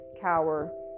cower